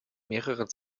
mehrere